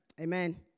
Amen